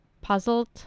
puzzled